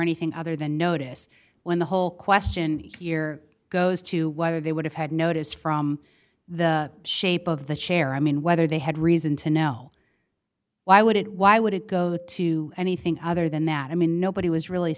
anything other than notice when the whole question here goes to whether they would have had notice from the shape of the chair i mean whether they had reason to know why would it why would it go to anything other than that i mean nobody was really